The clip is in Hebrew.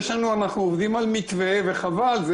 אנחנו עובדים על מתווה וחבל.